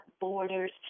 borders